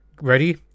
ready